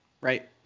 right